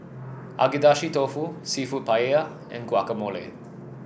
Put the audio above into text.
Agedashi Dofu seafood Paella and Guacamole